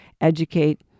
educate